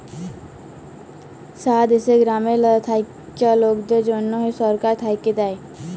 সারা দ্যাশে গ্রামে থাক্যা লকদের জনহ সরকার থাক্যে দেয়